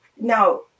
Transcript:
now